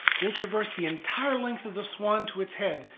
we'll traverse the entire length of the swan to it's head,